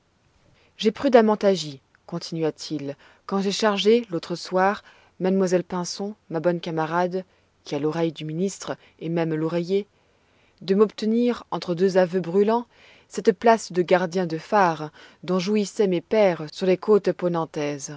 j'ai prudemment agi continua-t-il quand j'ai chargé l'autre soir mademoiselle pinson ma bonne camarade qui a l'oreille du ministre et même l'oreiller de m'obtenir entre deux aveux brûlants cette place de gardien de phare dont jouissaient mes pères sur les côtes